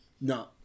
No